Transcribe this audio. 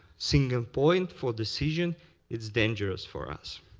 single point for decision is dangerous for us.